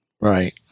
Right